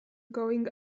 going